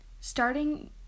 starting